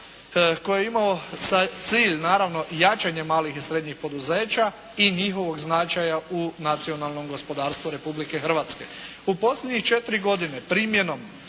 koji je imao za cilj naravno jačanje malih i srednjih poduzeća i njihovog značaja u nacionalnom gospodarstvu Republike Hrvatske. U posljednjih četiri godine primjenom